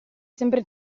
sempre